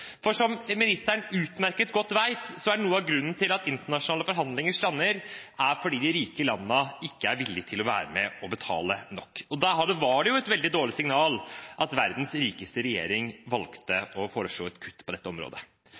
For som ministeren utmerket godt vet, er noe av grunnen til at internasjonale forhandlinger strander, at de rike landene ikke er villige til å være med og betale nok, og da var det jo et veldig dårlig signal at verdens rikeste regjering valgte å foreslå et kutt på området.